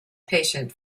patient